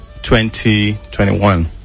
2021